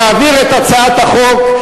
נעביר את הצעת החוק,